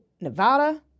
Nevada